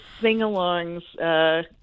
sing-alongs